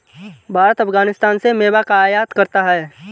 भारत अफगानिस्तान से मेवा का आयात करता है